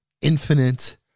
infinite